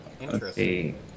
Interesting